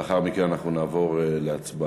ולאחר מכן אנחנו נעבור להצבעה.